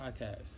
Podcast